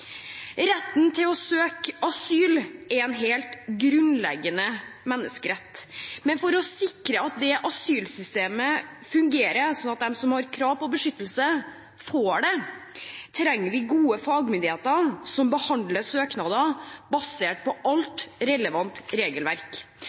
Retten til å søke asyl er en helt grunnleggende menneskerett. Men for å sikre at asylsystemet fungerer – at de som har krav på beskyttelse, får det – trenger vi gode fagmyndigheter som behandler søknader basert på